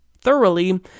thoroughly